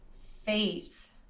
faith